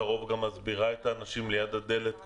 לרוב גם מסדרת את האנשים ליד הדלת,